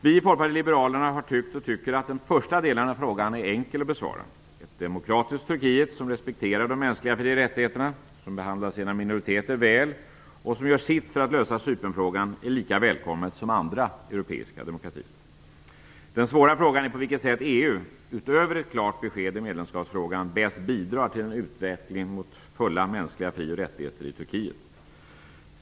Vi i Folkpartiet liberalerna har tyckt och tycker att den första delen av frågan är enkel att besvara. Ett demokratiskt Turkiet som respekterar de mänsklig fri och rättigheterna, som behandlar sina minoriteter väl och som gör sitt för att lösa Cypernfrågan är lika välkommet som andra europeiska demokratier. Den svåra frågan är på vilket sätt EU - utöver ett klart besked i medlemskapsfrågan - bäst bidrar till en utveckling mot fulla mänskliga fri och rättigheter i Turkiet.